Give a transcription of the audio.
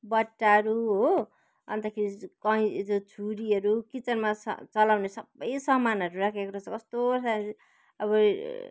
बट्टाहरू हो अन्तखेरि कहीँ त्यो छुरीहरू किचनमा च चलाउने सबै सामानहरू राखेको रहेछ कस्तो अब यी